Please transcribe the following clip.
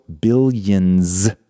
billions